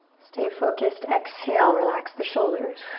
stay focused. exhale, relax the shoulders.